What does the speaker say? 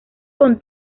con